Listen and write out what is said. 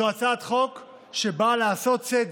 זו הצעת חוק שבאה לעשות צדק.